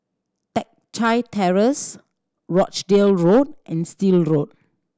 Teck Chye Terrace Rochdale Road and Still Road